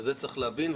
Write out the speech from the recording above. ואת זה צריך להבין,